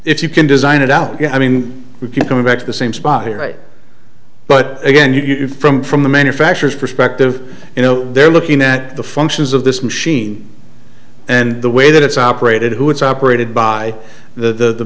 if you can design it out yeah i mean we keep coming back to the same spot here right but again you from from the manufacturers perspective you know they're looking at the functions of this machine and the way that it's operated who it's operated by the